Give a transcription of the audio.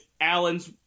Allen's